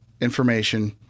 information